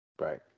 Right